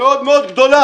מאוד-מאוד גדולה.